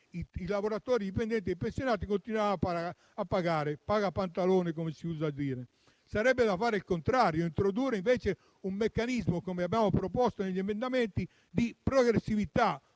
i lavoratori dipendenti e i pensionati continuano a pagare: paga Pantalone, come si usa dire. Occorrerebbe fare il contrario, introdurre invece un meccanismo, come abbiamo proposto nei nostri emendamenti, di progressività